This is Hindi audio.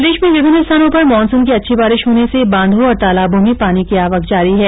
प्रदेश में विभिन्न स्थानों पर मॉनसून की अच्छी बारिश होने से बांधों और तालाबों में पानी की आवक जारी है